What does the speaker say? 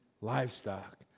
livestock